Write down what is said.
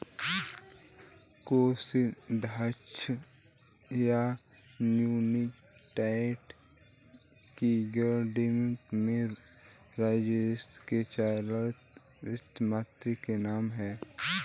कोषाध्यक्ष या, United Kingdom में, राजकोष के चांसलर वित्त मंत्री के नाम है